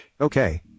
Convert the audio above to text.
Okay